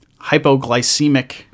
hypoglycemic